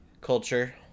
Culture